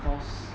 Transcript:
because